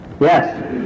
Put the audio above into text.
Yes